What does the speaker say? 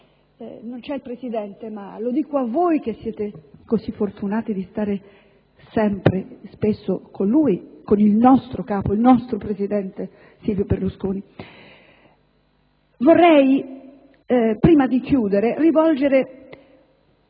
Non c'è il Presidente, ma lo dico a voi che siete così fortunati da stare sempre o spesso con lui, con il nostro capo, il nostro presidente Silvio Berlusconi. Vorrei rivolgermi